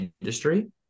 industry